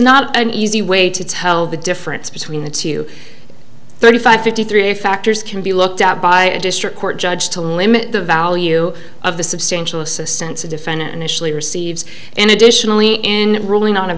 not an easy way to tell the difference between the two thirty five fifty three factors can be looked at by a district court judge to limit the value of the substantial assistance a defendant initially receives and additionally in ruling on a